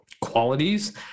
qualities